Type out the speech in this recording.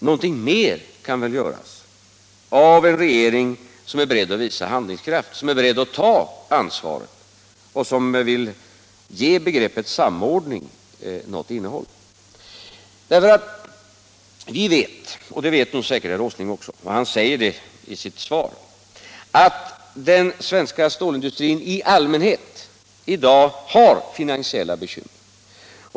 Någonting mer kan väl göras av en regering som är beredd att visa handlingskraft, som är beredd att ta ansvar och som vill ge begreppet samordning något innehåll. Vi vet, och det vet säkert herr Åsling också eftersom han säger det i sitt svar, att den svenska stålindustrin i dag i allmänhet har finansiella bekymmer.